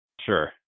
Sure